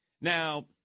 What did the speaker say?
Now